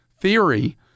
theory